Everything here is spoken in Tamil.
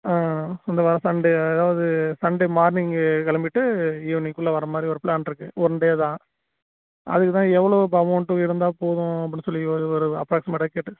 ஆ இந்த வர சண்டே அதாவது சண்டே மார்னிங்கு கிளப்பிட்டு ஈவினிங்குள்ளே வர மாதிரி ஒரு ப்ளான் இருக்கு ஒன் டே தான் அதுக்கு தான் எவ்வளோ இப்போ அமௌண்ட்டு இருந்தால் போதும் அப்படின்னு சொல்லி ஒரு ஒரு அப்ராக்ஸிமேட்டாக கேட்டுக்